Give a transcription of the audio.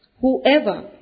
Whoever